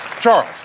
Charles